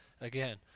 again